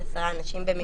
ההסדר?